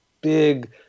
big